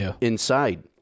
inside